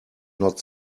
not